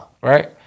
right